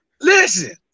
Listen